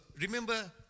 remember